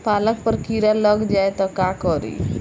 पालक पर कीड़ा लग जाए त का करी?